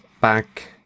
back